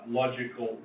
logical